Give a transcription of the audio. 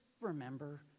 remember